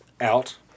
out